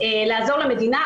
לעזור למדינה,